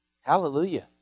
Hallelujah